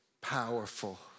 powerful